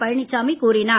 பழனிச்சாமி கூறினார்